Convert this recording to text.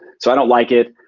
so i don't like it.